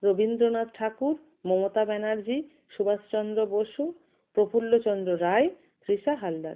Rabindranath Thakur Mamata Banerjee Subhashchandra Basu Prafulla Chandra Ray Trisha Haldar